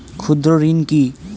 ক্ষুদ্র ঋণ কি?